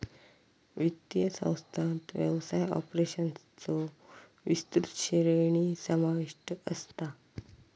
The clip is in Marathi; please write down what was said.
वित्तीय संस्थांत व्यवसाय ऑपरेशन्सचो विस्तृत श्रेणी समाविष्ट असता